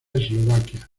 eslovaquia